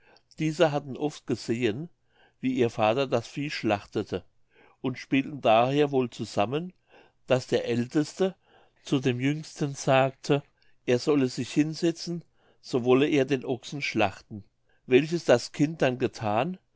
diese hatten oft gesehen wie ihr vater das vieh schlachtete und spielten daher wohl zusammen daß der älteste zu dem jüngsten sagte er solle sich hinsetzen so wolle er den ochsen schlachten welches das kind dann gethan